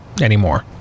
anymore